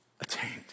attained